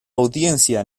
audiencia